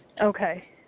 Okay